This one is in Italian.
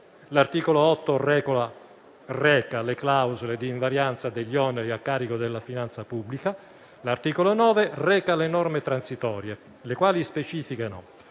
L'articolo 8 reca le clausole di invarianza degli oneri a carico della finanza pubblica. L'articolo 9 reca le norme transitorie, le quali specificano